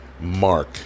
mark